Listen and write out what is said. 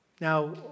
Now